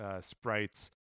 sprites